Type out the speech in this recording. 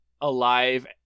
alive